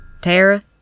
Tara